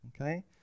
Okay